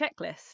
checklist